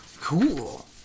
Cool